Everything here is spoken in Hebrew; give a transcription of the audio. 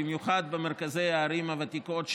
במיוחד במרכזי הערים הוותיקות.